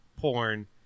porn